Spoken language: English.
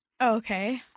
okay